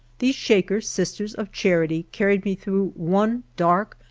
these sliaker sisters of charity carried me through one dark,